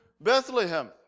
Bethlehem